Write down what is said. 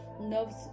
nerves